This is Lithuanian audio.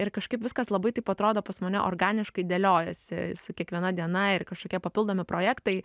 ir kažkaip viskas labai taip atrodo pas mane organiškai dėliojosi su kiekviena diena ir kažkokie papildomi projektai